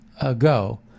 ago